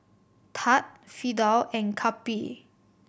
Thad Fidel and Cappie